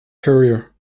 courier